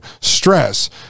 stress